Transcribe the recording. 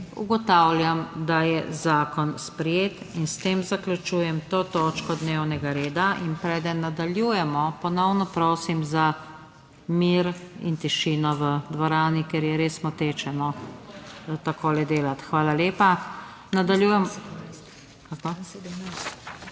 Ugotavljam, da je zakon sprejet. In s tem zaključujem to točko dnevnega reda. In preden nadaljujemo, ponovno prosim za mir in tišino v dvorani, ker je res moteče takole delati. Hvala lepa.